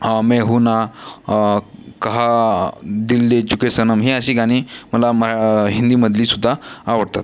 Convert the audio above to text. मैं हूँ ना कहा दिल दे चुके सनम ही अशी गाणी मला म हिंदीमधली सुद्धा आवडतात